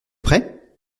prêt